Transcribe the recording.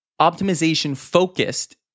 optimization-focused